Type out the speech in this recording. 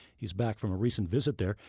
he's back from a recent visit there.